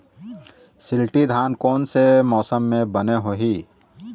शिल्टी धान कोन से मौसम मे बने होही?